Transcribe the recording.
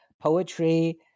poetry